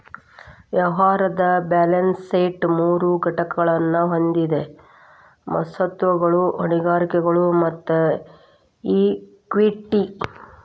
ವ್ಯವಹಾರದ್ balance sheet ಮೂರು ಘಟಕಗಳನ್ನ ಹೊಂದೆದ ಸ್ವತ್ತುಗಳು, ಹೊಣೆಗಾರಿಕೆಗಳು ಮತ್ತ ಇಕ್ವಿಟಿ